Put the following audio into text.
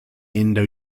indo